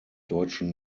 deutschen